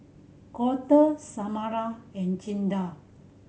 Colter Samara and Jinda